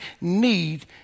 need